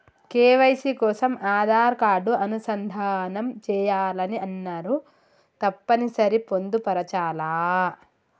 KYC కోసం Aadhaar card అనుసంధానం చేయాలని అన్నరు తప్పని సరి పొందుపరచాలా?